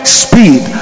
speed